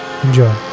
Enjoy